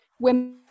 women